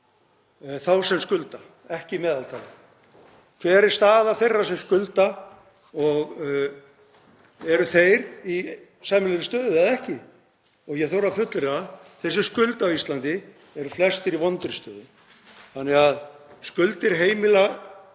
þá sem skulda en ekki meðaltalið, hver er staða þeirra sem skulda og eru þeir í sæmilegri stöðu eða ekki? Ég þori að fullyrða að þeir sem skulda á Íslandi eru flestir í vondri stöðu. Það að skuldir heimilanna